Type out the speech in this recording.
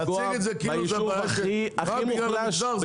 אתה מציג את זה כאילו בעיה רק בגלל המגזר.